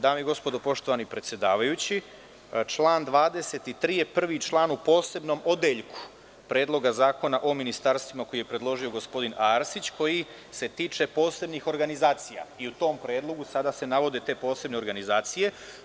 Dame i gospodo, poštovani predsedavajući, član 23. je prvi član u posebnom odeljku Predloga zakona o ministarstvima, koji je predložio gospodin Arsić, koji se tiče posebnih organizacija i u tom predlogu sada se navode te posebne organizacije.